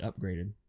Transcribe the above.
upgraded